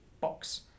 box